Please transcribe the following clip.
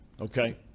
Okay